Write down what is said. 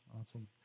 Awesome